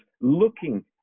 looking